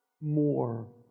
more